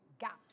gaps